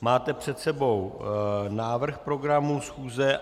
Máte před sebou návrh programu schůze.